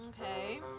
Okay